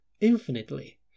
infinitely